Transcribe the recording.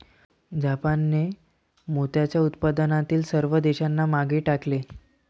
जापानने मोत्याच्या उत्पादनातील सर्व देशांना मागे टाकले